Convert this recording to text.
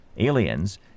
aliens